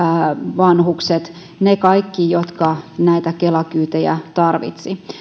vanhukset ne kaikki jotka näitä kela kyytejä tarvitsivat